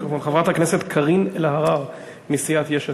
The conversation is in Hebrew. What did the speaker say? חברת הכנסת קארין אלהרר מסיעת יש עתיד,